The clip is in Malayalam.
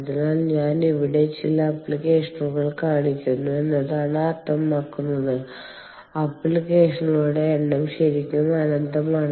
അതിനാൽ ഞാൻ ഇവിടെ ചില ആപ്ലിക്കേഷനുകൾ കാണിക്കുന്നു എന്നാണ് അർത്ഥമാക്കുന്നത് ആപ്ലിക്കേഷനുകളുടെ എണ്ണം ശരിക്കും അനന്തമാണ്